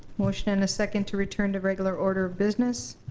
motion and a second to return to regular order of business.